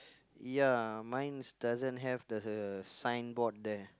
ya mine doesn't have the signboard there